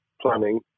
planning